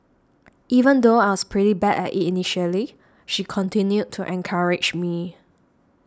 even though I was pretty bad at it initially she continued to encourage me